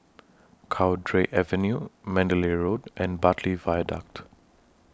Cowdray Avenue Mandalay Road and Bartley Viaduct